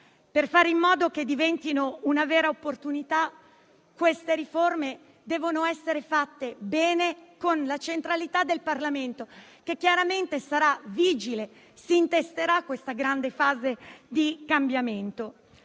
Per fare in modo che diventino una vera opportunità, queste riforme devono essere fatte bene con la centralità del Parlamento, che chiaramente sarà vigile e si intesterà questa grande fase di cambiamento.